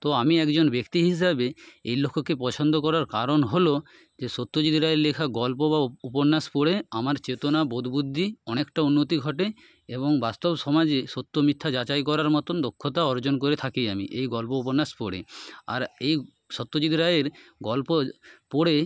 তো আমি একজন ব্যক্তি হিসাবে এই লক্ষ্যকে পছন্দ করার কারণ হলো যে সত্যজিৎ রায়ের লেখা গল্প বা উপন্যাস পড়ে আমার চেতনা বোধ বুদ্ধি অনেকটা উন্নতি ঘটে এবং বাস্তব সমাজে সত্য মিথ্যা যাচাই করার মতন দক্ষতা অর্জন করে থাকি আমি এই গল্প উপন্যাস পড়ে আর এই সত্যজিৎ রায়ের গল্প পড়ে